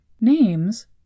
Names